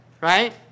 right